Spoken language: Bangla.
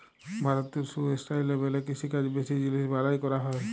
ভারতে সুস্টাইলেবেল কিষিকাজ বেশি জিলিস বালাঁয় ক্যরা হ্যয়